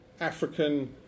African